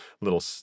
little